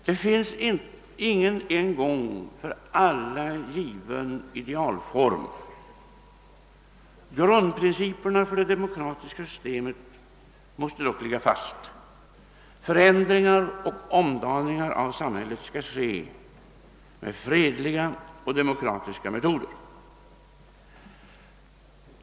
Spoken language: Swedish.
Det finns ingen en gång för alla given idealform. Grundprinciperna för det demokratiska systemet måste dock ligga fast. Förändringar och omdaningar i samhället skall genomföras med fredliga och demokratiska metoder.